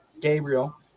Gabriel